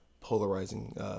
polarizing